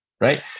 right